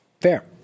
Fair